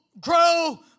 grow